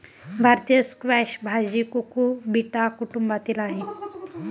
भारतीय स्क्वॅश भाजी कुकुबिटा कुटुंबातील आहे